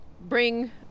bring